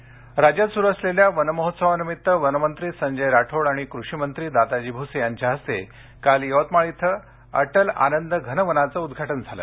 उदघाटन राज्यात सुरू असलेल्या वन महोत्सवानिमित्त वनमंत्री संजय राठोड आणि कृषीमंत्री दादाजी भूसे यांच्या हस्ते काल यवतमाळ इथं अटल आनंद घनवनाचं उदघाटन झालं